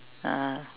ah